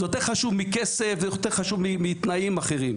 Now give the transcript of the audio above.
זה יותר חשוב מכסף ויותר חשוב מתנאים אחרים.